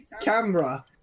camera